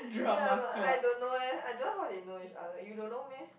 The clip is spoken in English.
ya but I don't know eh I don't know how they know each other you don't know meh